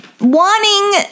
wanting